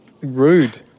rude